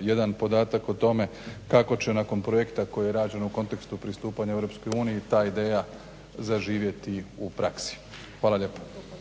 jedan podatak o tome kako će nakon projekta koji je rađen u kontekstu pristupanja Europskoj uniji ta ideja zaživjeti u praksi. Hvala lijepa.